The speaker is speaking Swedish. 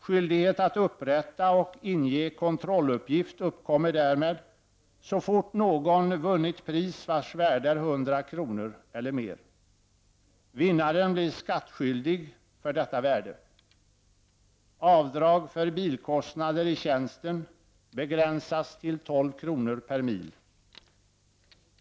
Skyldighet att upprätta och inge kontrolluppgift uppkommer därmed så fort någon vunnit ett pris vars värde är 100 kr. eller mer. Vinnaren blir skattskyldig för detta värde. Avdrag för bilkostnader i tjänsten begränsas till 12 kr. per mil.